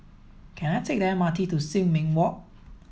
can I take the M R T to Sin Ming Walk